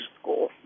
school